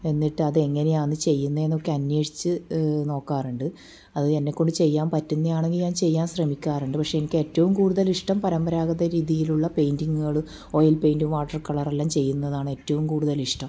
എന്നിട്ട് അത് എങ്ങനെയാണ് ചെയ്യുന്നതെന്നൊക്കെ അന്വേഷിച്ച് നോക്കാറുണ്ട് അത് എന്നെക്കൊണ്ട് ചെയ്യാൻ പറ്റുന്നതാണെങ്കിൽ ഞാൻ ചെയ്യാൻ ശ്രമിക്കാറുണ്ട് പക്ഷെ എനിക്ക് ഏറ്റവും കൂടുതൽ ഇഷ്ടം പാരമ്പരാഗത രീതിയിലുള്ള പെയിൻ്റിങ്ങുകൾ ഓയിൽ പെയിന്റും വാട്ടർ കളറെല്ലാം ചെയ്യുന്നതാണ് ഏറ്റവും കൂടുതൽ ഇഷ്ടം